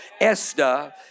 esther